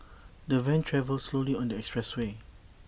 the van travelled slowly on the expressway